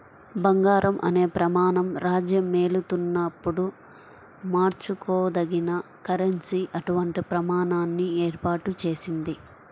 బంగారం అనే ప్రమాణం రాజ్యమేలుతున్నప్పుడు మార్చుకోదగిన కరెన్సీ అటువంటి ప్రమాణాన్ని ఏర్పాటు చేసింది